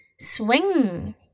swing